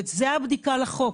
זה הבדיקה לחוק.